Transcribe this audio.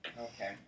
Okay